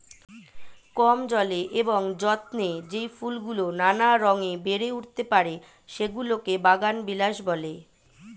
কম জলে এবং যত্নে যেই ফুলগুলো নানা রঙে বেড়ে উঠতে পারে, সেগুলোকে বাগানবিলাস বলে